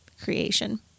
creation